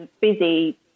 busy